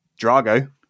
Drago